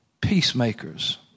peacemakers